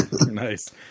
Nice